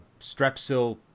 Strepsil